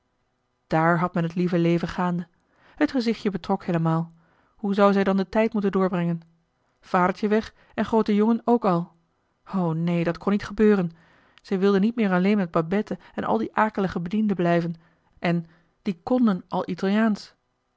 daar had men het lieve leven gaande het gezichtje betrok heelemaal hoe zou zij dan den tijd moeten doorbrengen vadertje weg en groote jongen ook al o neen dat kon niet gebeuren ze wilde niet meer alleen met babette en al die akelige bedienden blijven en die knden al italiaansch